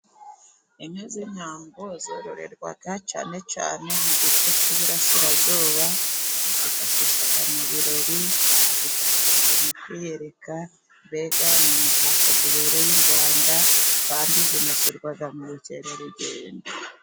Inka z'inyambo zororerwa cyane cyane mu gice k'iburasirazuba, zifashishwa mu birori, zifashishwa mu kwiyereka, mbega ni umutako ubereye u Rwanda, kandi zinasurwa mu bukerarugendo.